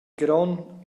grond